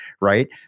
Right